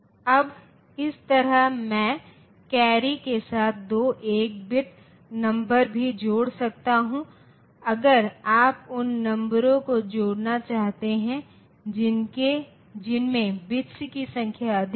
अब इस तरह मैं कैरी के साथ दो 1 बिट नंबर भी जोड़ सकता हूं अगर आप उन नंबरों को जोड़ना चाहते हैं जिनमें बिट्स की संख्या अधिक है